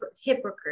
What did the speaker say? hypocrite